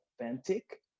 authentic